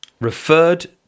referred